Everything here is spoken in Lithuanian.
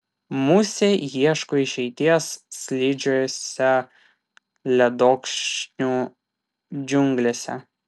musė ieško išeities slidžiose ledokšnių džiunglėse